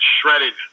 shredded